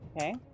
Okay